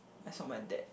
I saw my dad